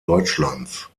deutschlands